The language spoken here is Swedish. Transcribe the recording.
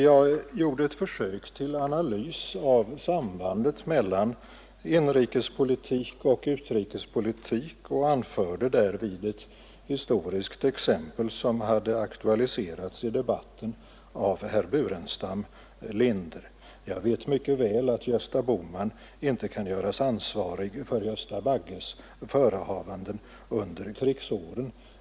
Jag gjorde ett försök till analys av sambandet mellan inrikespolitik och utrikespolitik och anförde därvid ett historiskt exempel som hade aktualiserats i debatten av herr Burenstam Linder. Jag vet mycket väl att Gösta Bohman inte kan göras ansvarig för Gösta Bagges förehavanden under krigsåren.